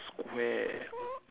where